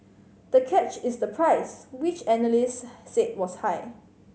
the catch is the price which analysts said was high